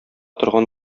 торган